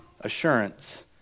assurance